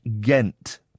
Ghent